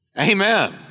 Amen